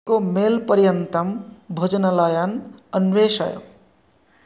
एकं मैल् पर्यन्तं भोजनालयान् अन्वेषय